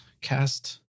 cast